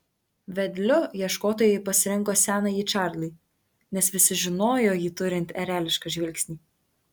vedliu ieškotojai pasirinko senąjį čarlį nes visi žinojo jį turint erelišką žvilgsnį